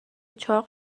چاق